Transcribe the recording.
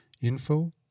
info